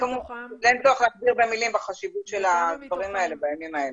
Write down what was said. אין צורך להכביר מילים בחשיבות של הדברים האלה בימים האלה.